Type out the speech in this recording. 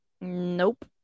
Nope